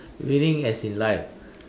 winning as in life